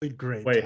Wait